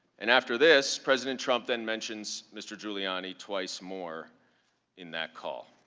and after this, president trump then mentions mr. giuliani twice more in that call.